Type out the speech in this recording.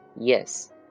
Yes